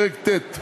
פרק ט',